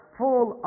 full